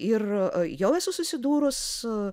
ir jau esu susidūrus